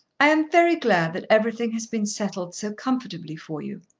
i am very glad that everything has been settled so comfortably for you.